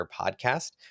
Podcast